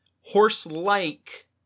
horse-like